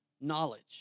knowledge